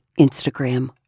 Instagram